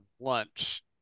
lunch